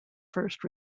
first